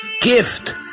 gift